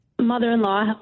mother-in-law